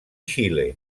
xile